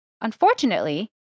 Unfortunately